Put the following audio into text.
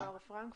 מר פראנק,